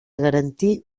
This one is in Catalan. garantir